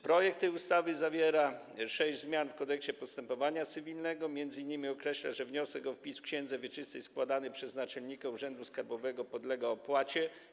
Projekt tej ustawy zawiera sześć zmian w Kodeksie postępowania cywilnego, m.in. określa, że wniosek o wpis w księdze wieczystej składany przez naczelnika urzędu skarbowego podlega opłacie.